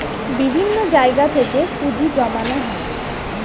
বিভিন্ন জায়গা থেকে পুঁজি জমানো হয়